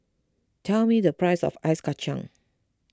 tell me the price of Ice Kachang